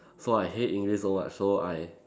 so I hate English so much so I